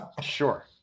Sure